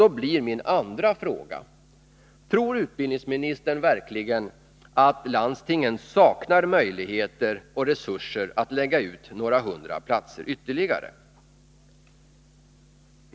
Då blir min andra fråga: Tror utbildningsministern verkligen att landstingen saknar möjligheter och resurser att lägga ut några hundra platser ytterligare?